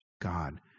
God